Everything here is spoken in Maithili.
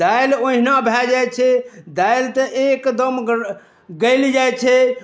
दालि ओहिना भऽ जाइ छै दालि तऽ एकदम गैल जाइ छै